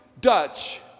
dutch